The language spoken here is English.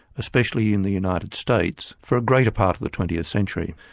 especially in the united states, for a greater part of the twentieth century.